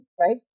right